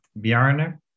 Bjarne